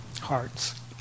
hearts